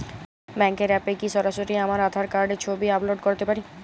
ব্যাংকের অ্যাপ এ কি সরাসরি আমার আঁধার কার্ড র ছবি আপলোড করতে পারি?